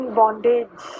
bondage